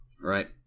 right